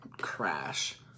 crash